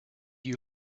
you